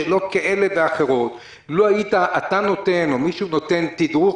שאלות כאלה ואחרות לו היית אתה נותן או מישהו נותן תדרוך